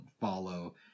follow